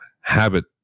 habit